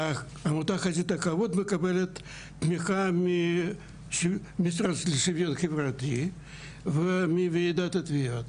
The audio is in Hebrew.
עמותת חזית הכבוד מקבלת תמיכה ממשרד לשוויון חברתי ומוועידת התביעות,